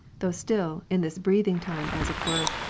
though still in this breathing-time as it were,